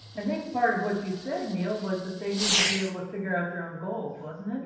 i think part of what you said, neil, was that they need to be able to figure out their own goals, wasn't